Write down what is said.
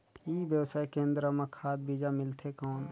ई व्यवसाय केंद्र मां खाद बीजा मिलथे कौन?